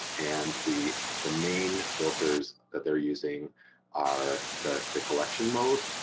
and the the main filters that they're using are the the collection mode.